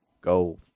go